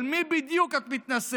על מי בדיוק את מתנשאת?